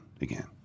again